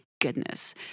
goodness